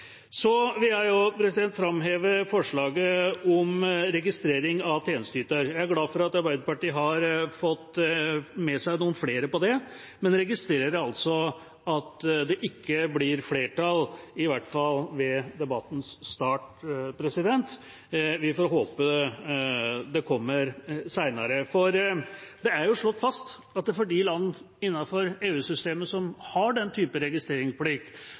Jeg vil også framheve forslaget om registrering av tjenesteyter. Jeg er glad for at Arbeiderpartiet har fått med seg noen flere på det, men registrerer at det ikke blir flertall, i hvert fall ved debattens start. Vi får håpe det kommer senere, for det er jo slått fast at for de land innenfor EU-systemet som har den typen registreringsplikt,